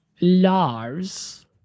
lars